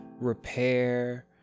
repair